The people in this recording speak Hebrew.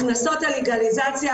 הכנסות הלגליזציה,